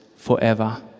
Forever